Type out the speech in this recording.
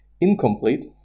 Incomplete